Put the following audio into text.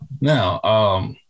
Now